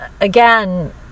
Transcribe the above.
again